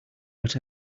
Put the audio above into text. what